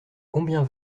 combien